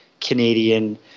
Canadian